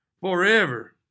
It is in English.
forever